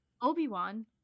Obi-Wan